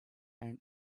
and